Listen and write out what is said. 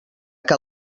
que